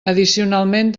addicionalment